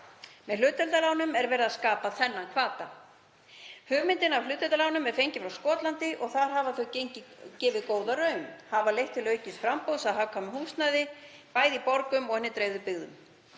Með hlutdeildarlánum er verið að skapa þennan hvata. Hugmyndin að hlutdeildarlánum er fengin frá Skotlandi og þar hafa þau gefið góða raun. Þau hafa leitt til aukins framboðs á hagkvæmu húsnæði, bæði í borgum og hinum dreifðu byggðum.